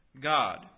God